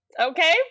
Okay